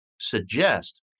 suggest